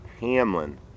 Hamlin